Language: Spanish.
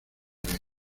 bien